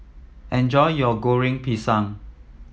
enjoy your Goreng Pisang